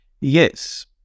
yes